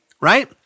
right